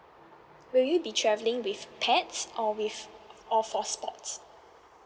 will you be travelling with pets or with or for sports